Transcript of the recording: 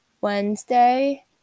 Wednesday